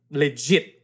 legit